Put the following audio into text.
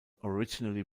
originally